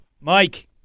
Mike